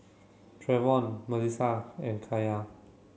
Treyvon Malissie and Kaylah